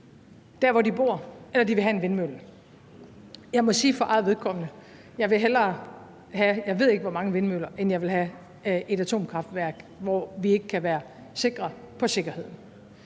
der, hvor de bor, eller om de vil have en vindmølle. Jeg må sige for mit eget vedkommende, at jeg hellere vil have, jeg ved ikke, hvor mange vindmøller, end jeg vil have et atomkraftværk, hvor vi ikke kan være sikre på sikkerheden.